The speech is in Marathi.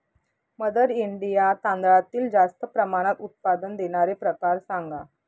मदर इंडिया तांदळातील जास्त प्रमाणात उत्पादन देणारे प्रकार सांगा